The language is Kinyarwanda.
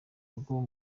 rwo